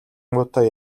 муутай